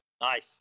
Nice